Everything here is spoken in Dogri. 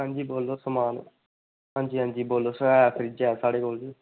आं जी बोल्लो समान आं जी आं जी बोल्लो ऐ साढ़े कोल फ्रिज़